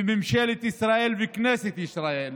ממשלת ישראל וכנסת ישראל